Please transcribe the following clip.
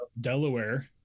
Delaware